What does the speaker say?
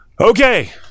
okay